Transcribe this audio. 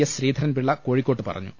S Sreedharan Pillai കോഴിക്കോട്ട് പറഞ്ഞു